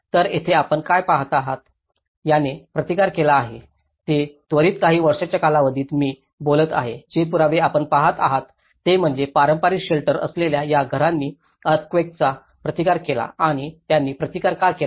तर येथे आपण काय पाहता आहात याने प्रतिकार केला आहे हे त्वरित काही वर्षांच्या कालावधीत मी बोलत आहे जे पुरावे आपण पहात आहात ते म्हणजे पारंपारिक शेल्टर असलेल्या या घरांनी अर्थक्वेकांचा प्रतिकार केला आणि त्यांनी प्रतिकार का केला